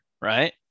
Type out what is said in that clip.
right